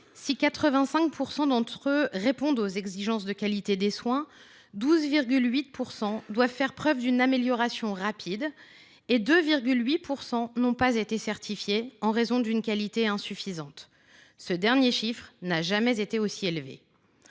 Si 85 % d’entre eux répondent aux exigences de qualité des soins, 12,8 % doivent « faire preuve d’une amélioration rapide », et 2,8 % n’ont pas été certifiés en raison d’une qualité insuffisante. Ce dernier chiffre n’a jamais été aussi élevé.